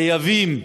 חייבים